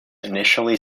initially